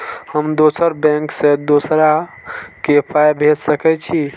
हम दोसर बैंक से दोसरा के पाय भेज सके छी?